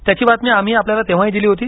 त्याची बातमी आम्ही आपल्याला तेव्हाही दिली होती